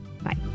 Bye